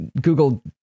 Google